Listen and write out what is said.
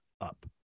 up